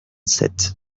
sept